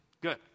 Good